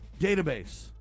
database